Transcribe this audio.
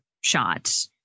shot